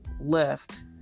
left